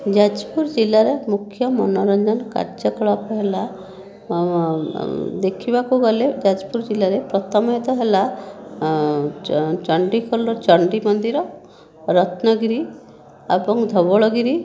ଯାଜପୁର ଜିଲ୍ଲାରେ ମୁଖ୍ୟ ମନୋରଞ୍ଜନ କାର୍ଯ୍ୟକ୍ରମ ହେଲା ଦେଖିବାକୁ ଗଲେ ଯାଜପୁର ଜିଲ୍ଲାରେ ପ୍ରଥମତଃ ହେଲା ଚଣ୍ଡିଖୋଲ ଚଣ୍ଡି ମନ୍ଦିର ରତ୍ନଗିରି ଏବଂ ଧବଳଗିରି